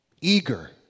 Eager